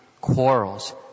quarrels